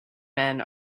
men